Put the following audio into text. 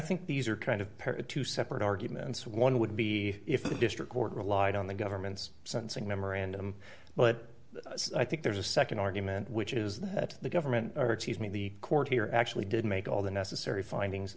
think these are kind of para two separate arguments one would be if the district court relied on the government's sentencing memorandum but i think there's a nd argument which is that the government mean the court here actually did make all the necessary findings